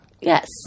Yes